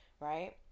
right